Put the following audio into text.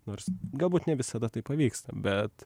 nors galbūt ne visada tai pavyksta bet